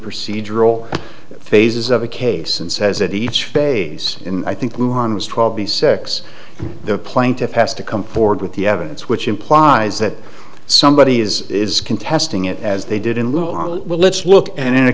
procedural phases of a case and says that each phase in i think we were on was twelve b six the plaintiff has to come forward with the evidence which implies that somebody is is contesting it as they did in little ol let's look and in a